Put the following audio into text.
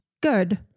good